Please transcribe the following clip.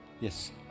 Yes